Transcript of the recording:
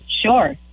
Sure